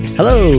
Hello